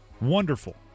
Wonderful